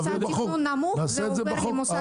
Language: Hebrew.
נעשה את זה בחוק.